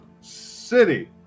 City